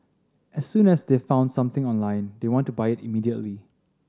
as soon as they've found something online they want to buy it immediately